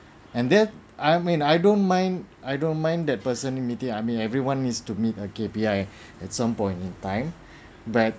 and then I mean I don't mind I don't mind that person in meeting I mean everyone needs to meet a K_P_I at some point in time but